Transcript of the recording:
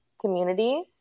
community